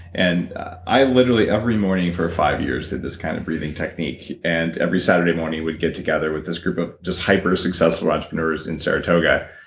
and i literally, every morning for five years, did this kind of breathing technique, and every saturday morning we'd get together with this group of just hyper successful entrepreneurs in saratoga,